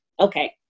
okay